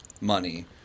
money